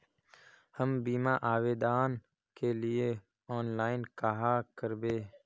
हम बीमा आवेदान के लिए ऑनलाइन कहाँ करबे?